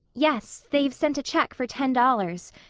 yes they've sent a check for ten dollars,